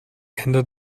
ändert